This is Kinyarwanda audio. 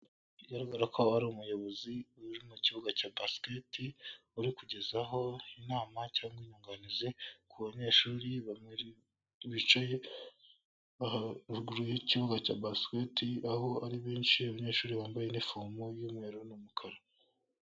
Bigaragara ko ari umuyobozi uri mu kibuga cya basiketi uri kugezaho inama cyangwa inyunganizi ku banyeshuri bicaye haruguru mu kibuga cya basiketi, aho ari benshi, abanyeshuri bambaye inifomu y'umweru n'umukara.